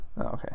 Okay